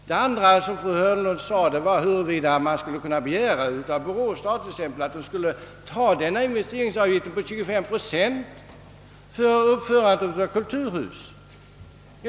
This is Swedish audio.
Det andra, som fru Hörnlund anförde, var huruvida man skulle kunna begära av Borås stad t.ex. att bära investeringsavgiften på 25 procent för uppförande av ett kulturhus.